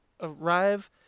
arrive